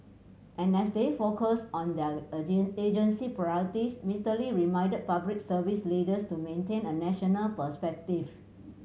and as they focus on their agency priorities Mister Lee reminded Public Service leaders to maintain a national perspective